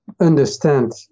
understand